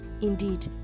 indeed